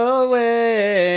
away